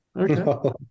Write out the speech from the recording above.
Okay